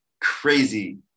crazy